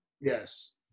yes